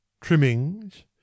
Trimmings